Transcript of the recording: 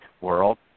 world